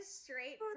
straight